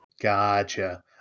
Gotcha